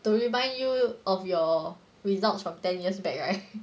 to remind you of your results from ten years back right